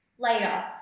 Later